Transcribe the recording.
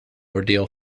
ordeal